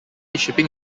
shipping